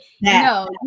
No